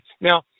Now